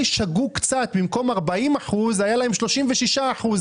שגו קצת ובמקום 40 אחוזים היו להם 36 אחוזים.